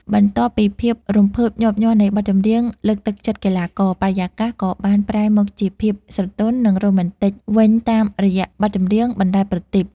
បន្ទាប់ពីភាពរំភើបញាប់ញ័រនៃបទចម្រៀងលើកទឹកចិត្តកីឡាករ បរិយាកាសក៏បានប្រែមកជាភាពស្រទន់ និងរ៉ូមែនទិកវិញតាមរយៈបទចម្រៀង បណ្តែតប្រទីប។